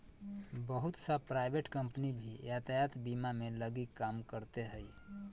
बहुत सा private company भी यातायात बीमा के लगी काम करते हइ